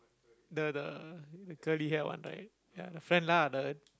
the the curly hair one right ya the friend lah the